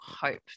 hope